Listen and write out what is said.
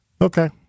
Okay